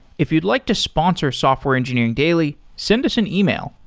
if you'd like to sponsor software engineering daily, send us an email,